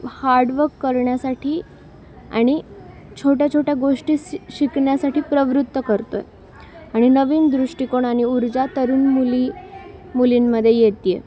hard work करण्यासाठी आणि छोट्या छोट्या गोष्टी सी शिकण्यासाठी प्रवृत्त करतो आहे आणि नवीन दृष्टिकोन आणि ऊर्जा तरुण मुली मुलींमध्ये येते आहे